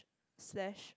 slash